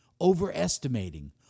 overestimating